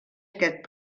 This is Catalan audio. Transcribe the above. aquest